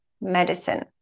medicine